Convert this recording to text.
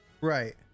Right